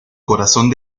corazón